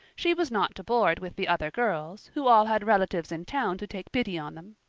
she was not to board with the other girls, who all had relatives in town to take pity on them.